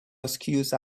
excuse